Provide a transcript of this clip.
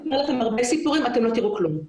אתם לא תראו כלום.